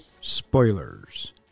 spoilers